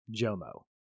JOMO